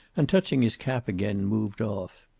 and touching his cap again, moved off.